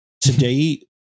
Today